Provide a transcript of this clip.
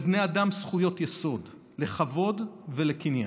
לבני אדם זכויות יסוד לכבוד ולקניין.